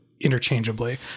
interchangeably